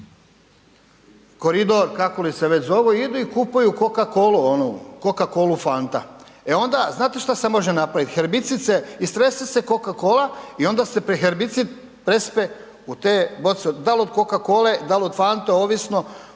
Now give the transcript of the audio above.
koridor kako li se već zovu, idu i kupuju coca-colu, fanta, e onda šta se može napravit, herbicid se istrese coca-cola i onda se herbicid prespe u te boce, da li od coca-cole, da li od fante ovisno